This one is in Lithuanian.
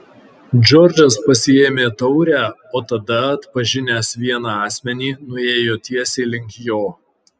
džordžas pasiėmė taurę o tada atpažinęs vieną asmenį nuėjo tiesiai link jo